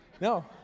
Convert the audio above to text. No